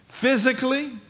physically